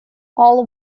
all